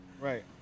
Right